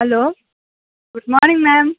hello good morning ma'am